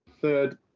third